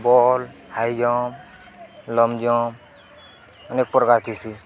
ball high jump long jump ଅନେକ ପ୍ରକାର କିିସି